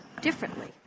differently